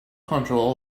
control